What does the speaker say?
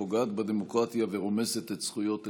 פוגעת בדמוקרטיה ורומסת את זכויות אזרחיה.